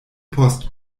post